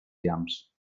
llamps